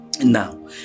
Now